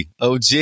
OG